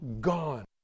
gone